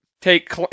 take